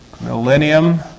millennium